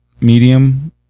medium